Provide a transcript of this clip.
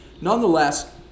nonetheless